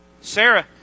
Sarah